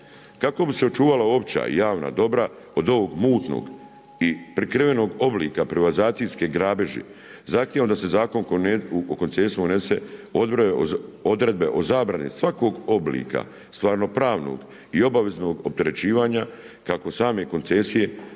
Kako bi se očuvalo opća i javna dobra od ovog mutnog i prikrivenog oblika privatizacijske grabeži, zahtijevam da se Zakon o koncesiji unese odredbe o zabrani svakog oblika stvarnopravnog i obaveznog opterećivanja kako same koncesije